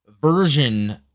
version